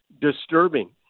disturbing